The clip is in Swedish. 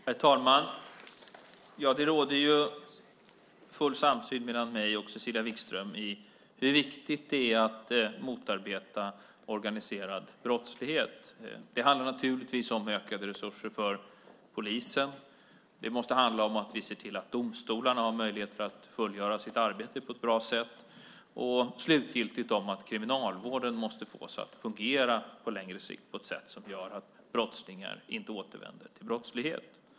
Herr talman! Det råder full samsyn mellan mig och Cecilia Wigström på hur viktigt det är att motarbeta organiserad brottslighet. Det handlar naturligtvis om ökade resurser för polisen. Det måste handla om att vi ser till att domstolarna har möjligheter att fullgöra sitt arbete på ett bra sätt. Slutligen handlar det om att kriminalvården måste fås att på längre sikt fungera på ett sätt som gör att brottslingar inte återvänder till brottslighet.